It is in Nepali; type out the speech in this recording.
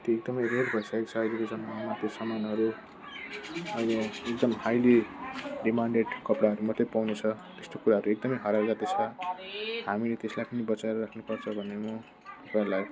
त्यो एकदमै रेयर भइसकेको छ अहिलेको जमानामा त्यो सामानहरू अहिले एकदम हाइली डिमान्डेट कपडाहरू मात्रै पाउँछ त्यस्तो कुराहरू एकदम हराएर जाँदैछ हामीले त्यसलाई पनि बचाएर राख्नुपर्छ भनेर म तपाईँहरूलाई